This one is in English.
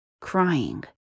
crying